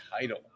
title